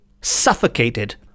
suffocated